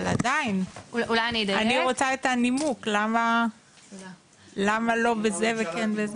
אבל עדיין אני רוצה את הנימוק למה לא בזה וכן בזה.